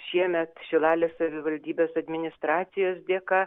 šiemet šilalės savivaldybės administracijos dėka